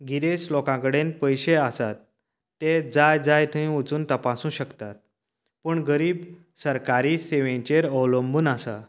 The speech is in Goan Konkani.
गिरेस्त लोकां कडेन पयशे आसात तें जाय जाय थंय वचून तपासूंक शकतात पूण गरीब सरकारी सेवेंचेर अवलंबून आसात